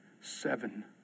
seven